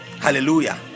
Hallelujah